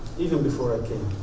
even before i came,